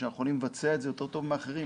כשאנחנו יכולים לבצע את זה יותר טוב מאחרים.